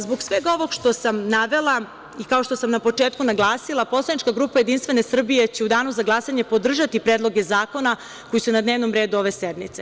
Zbog svega ovog što sam navela, i kao što sam na početku naglasila, poslanička grupa JS će u danu za glasanje podržati predloge zakona koji su na dnevnom redu ove sednice.